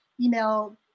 email